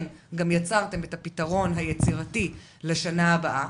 גם יצרתם את הפתרון היצירתי לשנה הבאה.